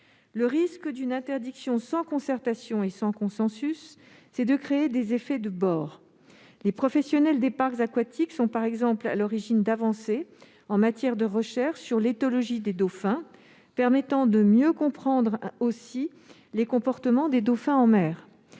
Le risque lié à une interdiction sans concertation et sans consensus est de créer des effets de bord. Les professionnels des parcs aquatiques sont, par exemple, à l'origine d'avancées en matière de recherche sur l'éthologie des dauphins, permettant de mieux comprendre, aussi, les comportements de ces animaux en mer.